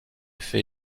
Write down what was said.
fait